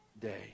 day